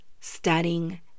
studying